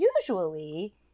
usually